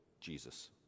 Jesus